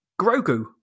Grogu